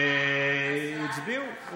או, הצביעו.